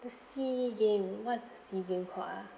the SEA games what was the SEA games called ah